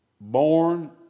born